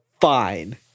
fine